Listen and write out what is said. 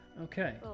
Okay